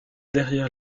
derrière